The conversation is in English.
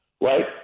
right